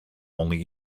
only